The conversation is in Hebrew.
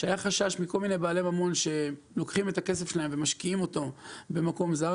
היה חשש מכל מיני בעלי ממון שמשקיעים את הכסף שלהם במקום זר.